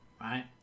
right